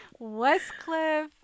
Westcliff